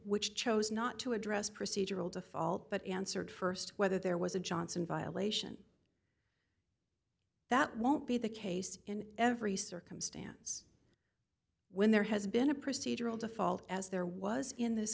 which chose not to address procedural default but answered st whether there was a johnson violation that won't be the case in every circumstance when there has been a procedural default as there was in this